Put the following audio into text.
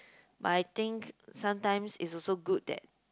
but I think sometimes is also good that